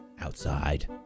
outside